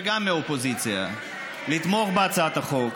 וגם מהאופוזיציה לתמוך בהצעת החוק.